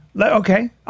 okay